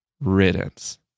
riddance